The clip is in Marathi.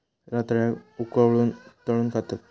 रताळ्याक उकळवून, तळून खातत